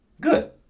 Good